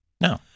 No